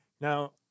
Now